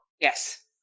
Yes